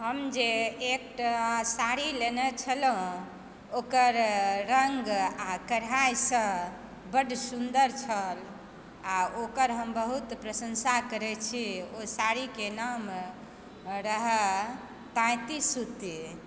हम जे एकटा साड़ी लेने छलहुँ ओकर रङ्ग आ कढ़ाईसभ बड्ड सुन्दर छल आ ओकर हम बहुत प्रशंसा करय छी ओहि साड़ीके नाम रहय ताँति सूती